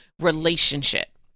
relationship